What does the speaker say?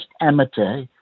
amateur